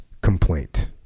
complaint